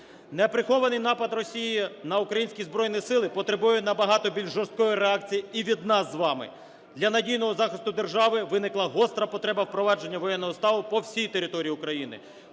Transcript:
Неприхований напад Росії на українські Збройні Сили потребує набагато більш жорсткої реакції і від нас з вами. Для надійного захисту держави виникла гостра потреба впровадження воєнного стану по всій території України.